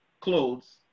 clothes